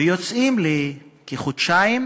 ויוצאים לכחודשיים